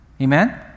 Amen